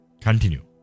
Continue